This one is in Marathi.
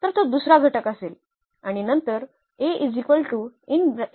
तर तो दुसरा घटक असेल